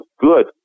good